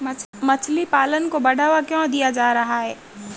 मछली पालन को बढ़ावा क्यों दिया जा रहा है?